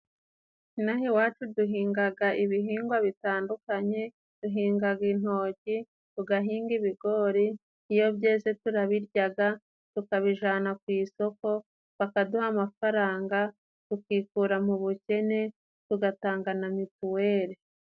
Inaha iwacu duhingaga ibihingwa bitandukanye, duhingaga intoki tugahinga ibigori, iyo byeze turabiryaga tukabijana ku isoko bakaduha amafaranga, tukikura mu bukene tugatanga na Mituweli.